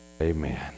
Amen